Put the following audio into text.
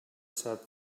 sad